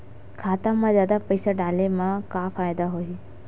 खाता मा जादा पईसा डाले मा का फ़ायदा होही?